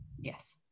Yes